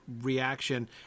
reaction